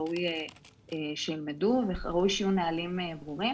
ראוי שילמדו וראוי שיהיו נהלים ברורים.